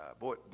boy